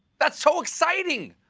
that's so exciting!